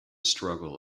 struggle